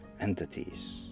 entities